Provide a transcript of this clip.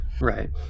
Right